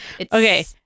Okay